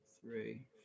three